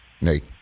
Nate